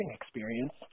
experience